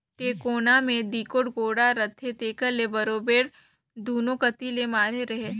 टेकोना मे दूगोट गोड़ा रहथे जेकर ले बरोबेर दूनो कती ले माढ़े रहें